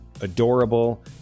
adorable